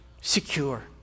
secure